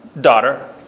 daughter